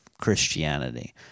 Christianity